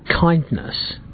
kindness